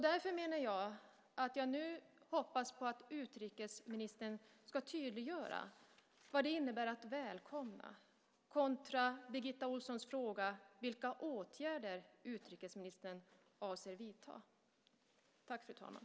Därför hoppas jag nu på att utrikesministern ska tydliggöra vad det innebär att välkomna, kontra Birgitta Ohlssons fråga vilka åtgärder utrikesministern avser att vidta.